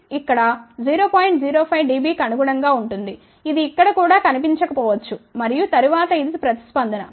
05 dB కి అనుగుణంగా ఉంటుంది ఇది ఇక్కడ కూడా కనిపించకపోవచ్చు మరియు తరువాత ఇది ప్రతిస్పందన